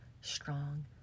strong